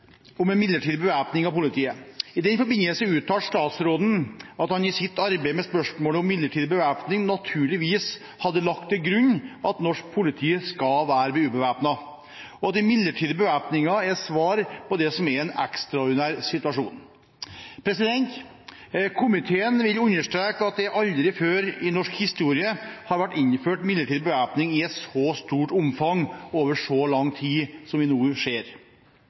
arbeid med spørsmålet om midlertidig bevæpning naturligvis hadde «lagt til grunn at norsk politi skal være ubevæpnet», og at den midlertidige bevæpningen var svar på det som var en ekstraordinær situasjon. Komiteen vil understreke at det aldri før i norsk historie har vært innført midlertidig bevæpning i et så stort omfang over så lang tid som vi nå ser.